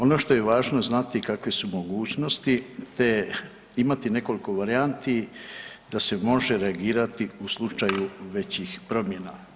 Ono što je važno znati kakve su mogućnosti te imati nekoliko varijanti da se može reagirati u slučaju većih promjena.